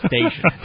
station